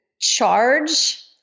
charge